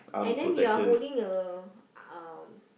and then you are holding a uh